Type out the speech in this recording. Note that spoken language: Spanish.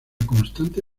constante